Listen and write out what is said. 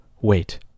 Wait